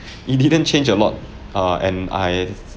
it didn't change a lot err and I